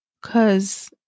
Cause